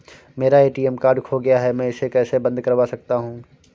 मेरा ATM card खो गया है मैं इसे कैसे बंद करवा सकता हूँ?